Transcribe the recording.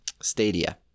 Stadia